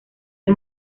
del